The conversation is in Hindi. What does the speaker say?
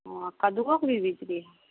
हाँ कद्दू भी बिक्री है